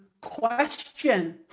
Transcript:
question